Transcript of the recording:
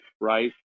right